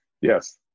Yes